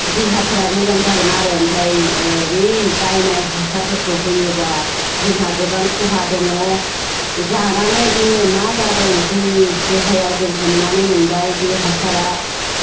देहाफोरा मोजां जागोन आरो ओमफ्राय बै बायनाय हासारफोरखौ होयोबा जोंहा गोबां खहा दङ जानानै जोङो मा जादों जोंनि देहायाव जों हमनानै मोनबाय बे हासारा